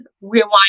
rewind